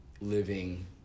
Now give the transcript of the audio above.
living